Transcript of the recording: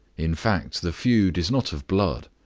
in fact, the feud is not of blood.